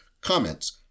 Comments